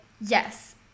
Yes